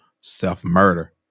self-murder